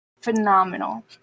phenomenal